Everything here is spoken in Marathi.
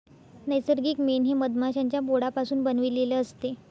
नैसर्गिक मेण हे मधमाश्यांच्या पोळापासून बनविलेले असते